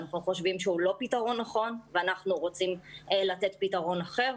אנחנו חושבים שהוא לא פתרון נכון ואנחנו רוצים לתת פתרון אחר..